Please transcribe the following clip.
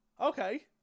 okay